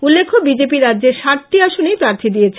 উল্লেখ্য বিজেপি রাজ্যের ষাটটি আসনেই প্রার্থী দিয়েছে